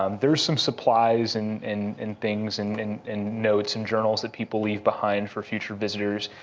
um there's some supplies and and and things and and and notes and journals that people leave behind for future visitors.